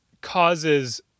causes